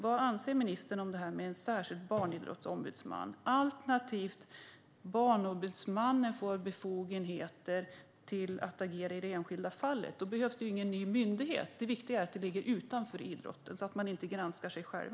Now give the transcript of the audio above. Vad anser ministern om att tillsätta en särskild barnidrottsombudsman, alternativt att Barnombudsmannen får befogenheter att agera i det enskilda fallet? Då behövs ingen ny myndighet. Det viktiga är att funktionen ligger utanför idrotten, så att man inte granskar sig själv.